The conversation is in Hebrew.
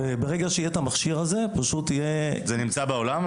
וברגע שיהיה את המכשיר הזה --- זה נמצא בעולם?